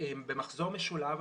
במחזור משולב.